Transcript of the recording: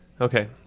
okay